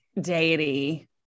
deity